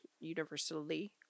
universally